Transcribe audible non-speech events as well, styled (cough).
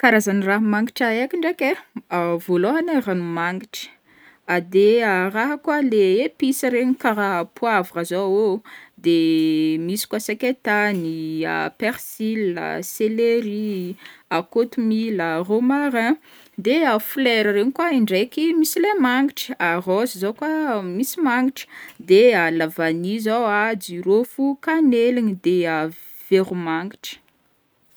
Karazan-draha magnitra haiko ndraiky ai: (hesitation) vôalohany ai: ranomagnitry, de (hesitation) raha koa o le épices regny karaha poivre zao ô, de misy koa sakaitany, persil, (hesitation) céleri, kôtomila, rômarin, de (hesitation) folera regny koa indraiky misy leha magnitry, (hesitation) rose zao koa (hesitation) misy magnitry, de (hesitation) lavany zao a, jirôfo, kaneligny, de (hesitation) veromagnitry.